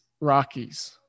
Rockies